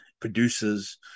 producers